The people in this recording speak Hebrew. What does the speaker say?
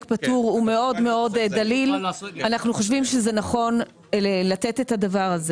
פטור הוא מאוד מאוד דליל אנחנו חושבים שזה נכון לתת את הדבר הזה